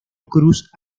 cruz